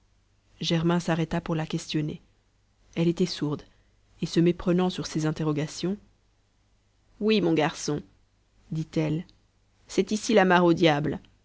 germain s'arrêta pour la questionner elle était sourde et se méprenant sur ses interrogations oui mon garçon dit-elle c'est ici la mare au diable